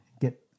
get